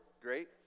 great